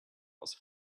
aus